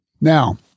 Now